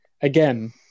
again